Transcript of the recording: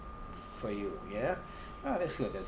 for you ya ah that's good that's